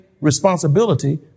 responsibility